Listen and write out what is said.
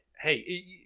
Hey